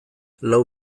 lau